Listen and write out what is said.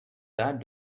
that